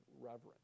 reverence